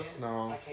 no